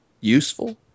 useful